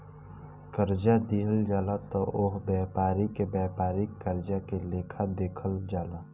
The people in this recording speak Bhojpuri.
कर्जा दिहल जाला त ओह व्यापारी के व्यापारिक कर्जा के लेखा देखल जाला